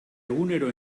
egunero